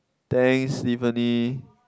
thanks Stephanie